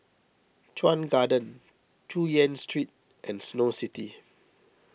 Chuan Garden Chu Yen Street and Snow City